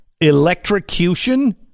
electrocution